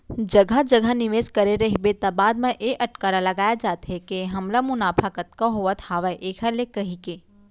जघा जघा निवेस करे रहिबे त बाद म ए अटकरा लगाय जाथे के हमला मुनाफा कतका होवत हावय ऐखर ले कहिके